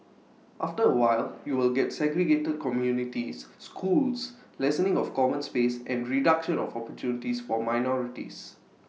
after A while you will get segregated communities schools lessening of common space and reduction of opportunities for minorities